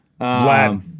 Vlad